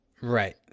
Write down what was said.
Right